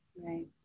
Right